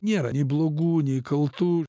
nėra nei blogų nei kaltų